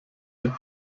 ihr